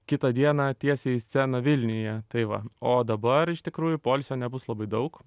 kitą dieną tiesiai į sceną vilniuje tai va o dabar iš tikrųjų poilsio nebus labai daug